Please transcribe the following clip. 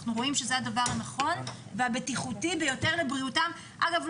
אנחנו רואים שזה הדבר הנכון והבטיחותי ביותר לבריאותם אגב,